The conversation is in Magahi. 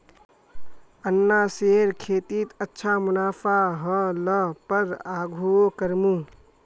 अनन्नासेर खेतीत अच्छा मुनाफा ह ल पर आघुओ करमु